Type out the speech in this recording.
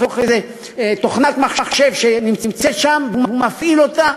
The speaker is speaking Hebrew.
עם איזו תוכנת מחשב שנמצאת שם והוא מפעיל אותה,